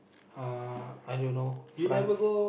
uh I don't know France